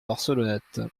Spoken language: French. barcelonnette